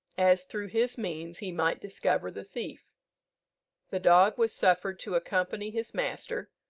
as, through his means, he might discover the thief the dog was suffered to accompany his master,